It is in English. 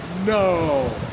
no